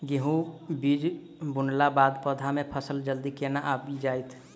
गेंहूँ बीज बुनला बाद पौधा मे फसल जल्दी केना आबि जाइत?